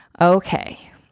Okay